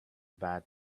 bad